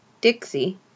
Dixie